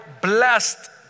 blessed